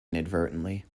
inadvertently